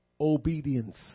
obedience